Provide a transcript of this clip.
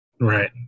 right